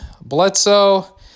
Bledsoe